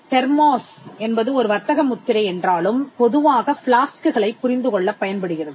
thermos என்பது ஒரு வர்த்தக முத்திரை என்றாலும் பொதுவாக பிளாஸ்க்குகளைப் புரிந்து கொள்ளப் பயன்படுகிறது